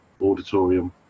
auditorium